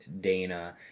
Dana